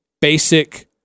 basic